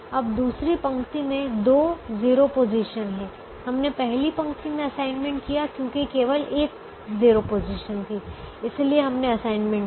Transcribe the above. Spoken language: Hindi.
अब दूसरी पंक्ति में दो 0 पोजीशन हैं हमने पहली पंक्ति में असाइनमेंट किया क्योंकि केवल एक 0 पोजीशन थी इसलिए हमने असाइनमेंट किया